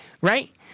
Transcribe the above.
right